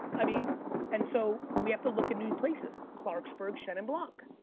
i mean and so we have to look at new places, clarksburg, chenin blanc,